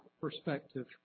perspective